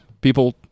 People